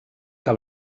que